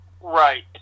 Right